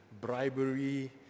bribery